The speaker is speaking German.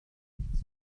nichts